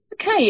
Okay